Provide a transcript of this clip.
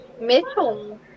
Mitchell